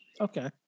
Okay